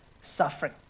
suffering